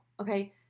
okay